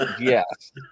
Yes